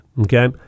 okay